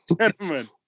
gentlemen